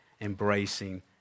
embracing